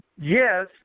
Yes